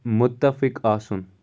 مُتَفِق آسُن